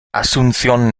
asunción